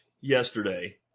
yesterday